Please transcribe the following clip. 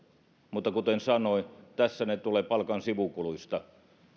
mutta kuten sanoin tässä ne tulevat palkan sivukuluista